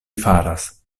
faras